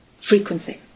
frequency